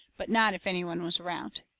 but not if any one was around.